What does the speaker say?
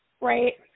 right